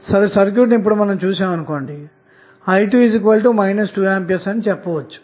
ఇప్పుడు మీరు సర్క్యూట్ ను చూస్తే i2 2A అని చెప్పవచ్చు